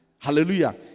Hallelujah